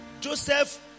Joseph